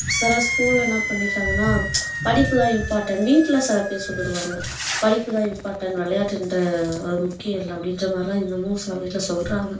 சில ஸ்கூலில் என்ன பண்ணிவிட்டாங்கனா படிப்பு தான் இம்பார்ட்டண்ட் வீட்டில் சில பேர் சொல்லிவிடுவாங்க படிப்பு தான் இம்பார்ட்டண்ட் விளையாட்டுகிற ஒரு முக்கியம் இல்லை அப்படின்ற மாதிரிலாம் இன்னுமும் சில பேர் வீட்டில் சொல்கிறாங்க